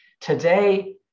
Today